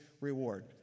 reward